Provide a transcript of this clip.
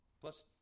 Plus